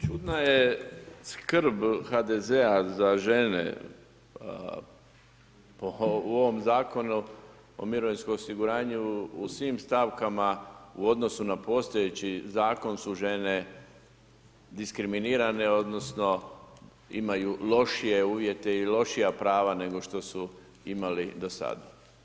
Čudna je skrb HDZ-a za žene u ovom Zakonu o mirovinskom osiguranju, u svim stavkama u odnosu na postojeći zakon su žene diskriminirane odnosno imaju lošije uvjete i lošija prava nego što su imali do sad.